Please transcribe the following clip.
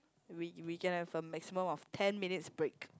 we we can have a maximum of ten minutes break